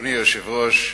אדוני היושב-ראש,